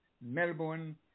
Melbourne